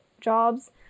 jobs